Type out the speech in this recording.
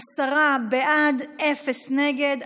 עשרה בעד, אפס נגד.